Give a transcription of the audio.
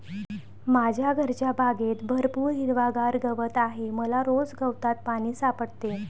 माझ्या घरच्या बागेत भरपूर हिरवागार गवत आहे मला रोज गवतात पाणी सापडते